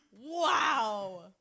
Wow